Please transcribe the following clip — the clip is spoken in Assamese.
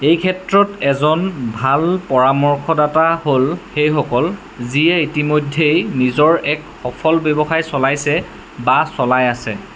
এই ক্ষেত্ৰত এজন ভাল পৰামৰ্শদাতা হ'ল সেইসকল যিয়ে ইতিমধ্যেই নিজৰ এক সফল ব্যৱসায় চলাইছে বা চলাই আছে